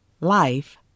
life